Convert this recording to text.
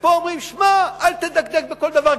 ופה אומרים לך: שמע, אל תדקדק בכל דבר.